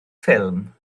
ffilm